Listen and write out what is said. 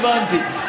הבנתי.